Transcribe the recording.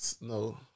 No